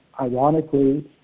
Ironically